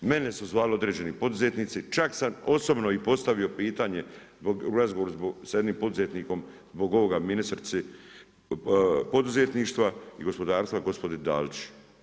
Mene su zvali određeni poduzetnici, čak sam osobno i postavio pitanje u razgovoru sa jednim poduzetnikom zbog ovoga ministrice poduzetništva i gospodarstva gospođi Dalić.